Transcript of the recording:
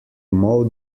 mow